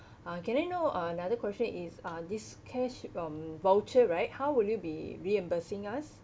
uh can I know uh another question is uh this cash um voucher right how would you be reimbursing us